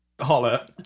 holler